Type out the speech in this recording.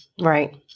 Right